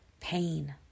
pain